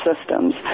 systems